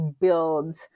build